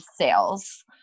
sales